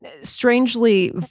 strangely